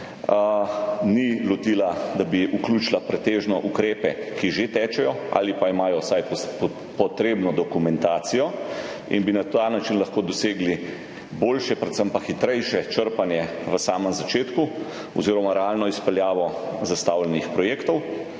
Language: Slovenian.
ni lotila, da bi vključila pretežno ukrepe, ki že tečejo ali imajo vsaj potrebno dokumentacijo, in bi na ta način lahko dosegli boljše, predvsem pa hitrejše črpanje v samem začetku oziroma realno izpeljavo zastavljenih projektov.